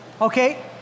Okay